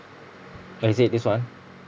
is it this [one]